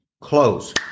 Close